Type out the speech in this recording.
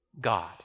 God